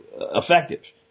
effective